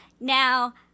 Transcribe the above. Now